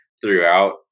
throughout